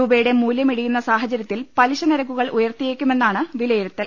രൂപയുടെ മൂലൃം ഇടിയുന്ന സാഹചരൃത്തിൽ പലിശനി രക്കുകൾ ഉയർത്തിയേക്കുമെന്നാണ് വിലയിരുത്തൽ